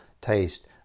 taste